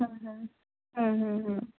ਹਮ ਹਮ ਹਮ ਹਮ ਹਮ